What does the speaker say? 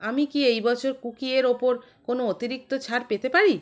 আমি কি এই বছর কুকিয়ের ওপর কোনো অতিরিক্ত ছাড় পেতে পারি